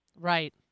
Right